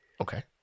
Okay